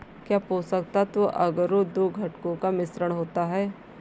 क्या पोषक तत्व अगरो दो घटकों का मिश्रण होता है?